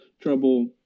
trouble